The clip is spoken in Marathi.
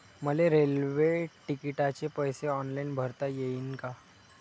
मले रेल्वे तिकिटाचे पैसे ऑनलाईन भरता येईन का?